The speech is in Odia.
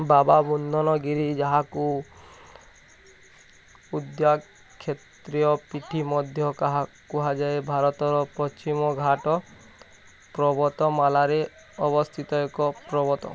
ବାବା ବୁନ୍ଦନ ଗିରି ଯାହାକୁ ଉଦା କ୍ଷତ୍ରୀୟ ପିଠି ମଧ୍ୟ କୁହାଯାଏ ଭାରତର ପଶ୍ଚିମ ଘାଟ ପର୍ବତମାଳାରେ ଅବସ୍ଥିତ ଏକ ପର୍ବତ